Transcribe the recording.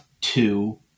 Two